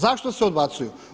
Zašto se odbacuju?